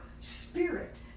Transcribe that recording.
spirit